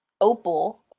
opal